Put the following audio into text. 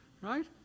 right